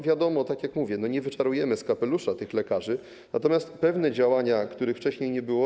Wiadomo, tak jak mówię, nie wyczarujemy z kapelusza tych lekarzy, natomiast realizujemy pewne działania, których wcześniej nie było.